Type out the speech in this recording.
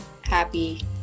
happy